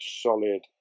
solid